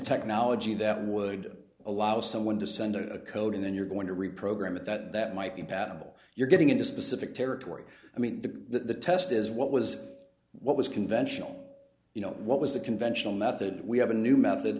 technology that would allow someone to send a code and then you're going to reprogram it that that might compatible you're getting into specific territory i mean the test is what was what was conventional you know what was the conventional method we have a new method